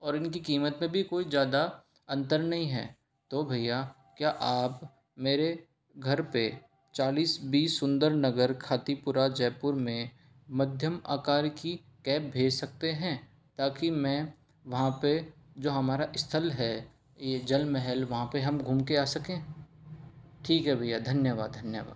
और इनकी कीमत में भी कोई ज़्यादा अंतर नहीं है तो भैया क्या आप मेरे घर पे चालीस बी सुंदर नगर खातीपूरा जयपुर में मध्यम आकार की कैब भेज सकते हैं ताकी मैं वहाँ पे जो हमारे स्थल हैं ये जलमहल वहाँ पे हम घूम के आ सकें ठीक है भैया धन्यवाद धन्यवाद